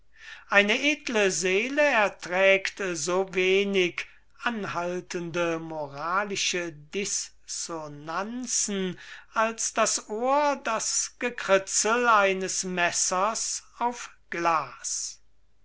eine edle seele erträgt so wenig anhaltende moralische dissonanzen als das ohr das gekrizel eines messers auf glas